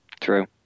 True